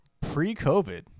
Pre-COVID